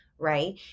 Right